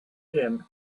him